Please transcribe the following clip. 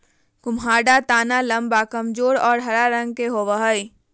कुम्हाडा तना लम्बा, कमजोर और हरा रंग के होवो हइ